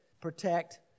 protect